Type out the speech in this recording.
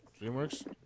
DreamWorks